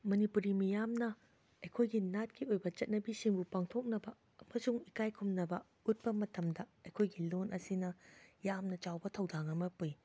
ꯃꯅꯤꯄꯨꯔꯤ ꯃꯤꯌꯥꯝꯅ ꯑꯩꯈꯣꯏꯒꯤ ꯅꯥꯠꯀꯤ ꯑꯣꯏꯕ ꯆꯠꯅꯕꯤꯁꯤꯡꯕꯨ ꯄꯥꯡꯊꯣꯛꯅꯕ ꯑꯃꯁꯨꯡ ꯏꯀꯥꯏꯈꯨꯝꯅꯕ ꯎꯠꯄ ꯃꯇꯝꯗ ꯑꯩꯈꯣꯏꯒꯤ ꯂꯣꯟ ꯑꯁꯤꯅ ꯌꯥꯝꯅ ꯆꯥꯎꯕ ꯊꯧꯗꯥꯡ ꯑꯃ ꯄꯨꯏ